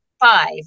five